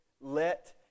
Let